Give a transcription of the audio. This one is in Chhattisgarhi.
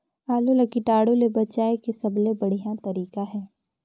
आलू ला कीटाणु ले बचाय के सबले बढ़िया तारीक हे?